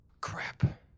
Crap